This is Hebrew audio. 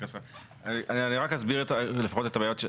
אני אסביר את הבעיות.